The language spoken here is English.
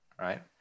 right